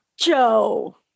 Joe